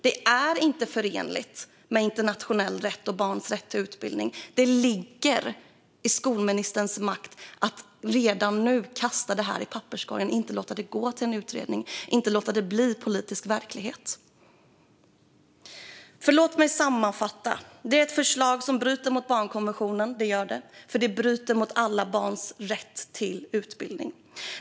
Det är inte förenligt med internationell rätt och barns rätt till utbildning. Det ligger i skolministerns makt att redan nu kasta det här i papperskorgen, inte låta det gå till en utredning och inte låta det bli politisk verklighet. Låt mig sammanfatta: Det är ett förslag som bryter mot barnkonventionen, eftersom det bryter mot alla barns rätt till utbildning.